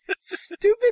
stupid